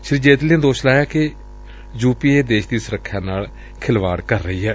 ਸ੍ਰੀ ਜੇਤਲੀ ਨੇ ਦੋਸ਼ ਲਾਇਆ ਕਿ ਯੁ ਪੀ ਏ ਦੇਸ਼ ਦੀ ਸੁਰੱਖਿਆ ਨਾਲ ਖਿਲਵਾੜ ਕਰ ਰਹੀ ਏ